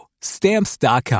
Stamps.com